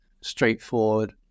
straightforward